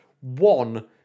One